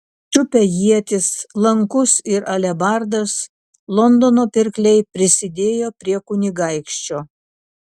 čiupę ietis lankus ir alebardas londono pirkliai prisidėjo prie kunigaikščio